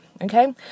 okay